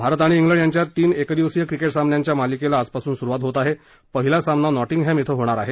भारत आणि खेलंड यांच्यात तीन एक दिवसीय क्रिकेट सामन्यांच्या मालिकेला आजपासून सुरुवात होत असून पहिला सामना नॉटिंगहम धिं होणार आहे